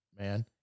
man